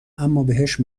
امابهش